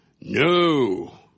No